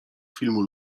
filmu